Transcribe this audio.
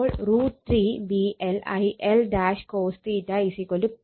അപ്പോൾ √ 3VL IL cos PL